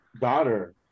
daughter